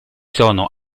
sono